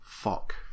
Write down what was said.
Fuck